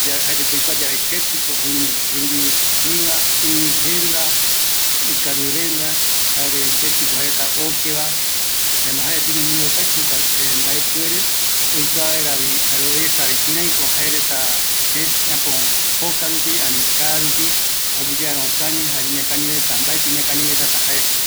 jaereta iñakañi keti oime tembiu renda, ɨ renda ikerenda, jare jukuraï jaereta ngarai iñakañi, oikuakatu yae ko jaereta iguataa